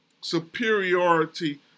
superiority